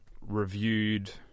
reviewed